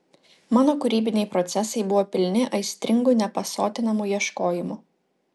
mano kūrybiniai procesai buvo pilni aistringų nepasotinamų ieškojimų